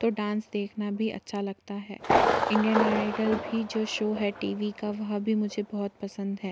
तो डांस देखना भी अच्छा लगता है इंडियन आयडल भी जो शो है टी वी का वह भी मुझे बहुत पसंद है